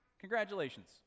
Congratulations